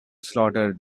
slaughter